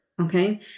okay